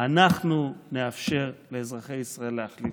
אנחנו נאפשר לאזרחי ישראל להחליט,